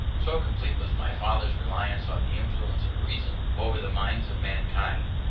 so complete was my father's reliance on the influence of reason over the minds of mankind,